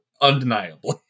undeniably